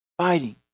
fighting